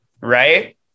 right